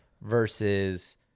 versus